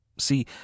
See